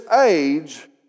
age